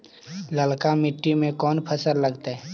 ललका मट्टी में कोन फ़सल लगतै?